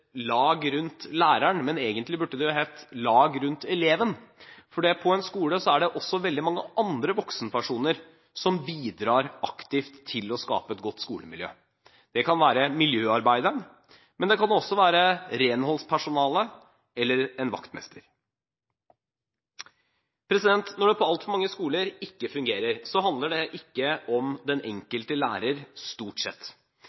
lag rundt læreren», men egentlig burde det hett «Et lag rundt eleven», for på en skole er det også veldig mange andre voksenpersoner som bidrar aktivt til å skape et godt skolemiljø. Det kan være miljøarbeideren, men det kan også være renholdspersonalet eller en vaktmester. Når det på altfor mange skoler ikke fungerer, så handler det ikke om den enkelte lærer, stort sett.